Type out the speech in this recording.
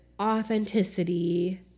authenticity